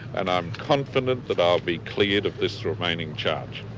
and i'm confident that i'll be cleared of this remaining charge.